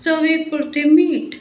चवी पुर्ती मीठ